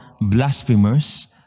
blasphemers